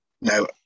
Now